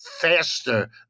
faster